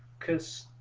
cause